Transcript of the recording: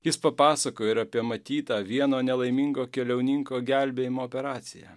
jis papasakojo ir apie matytą vieno nelaimingo keliauninko gelbėjimo operaciją